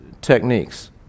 techniques